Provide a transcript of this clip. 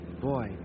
Boy